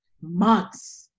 months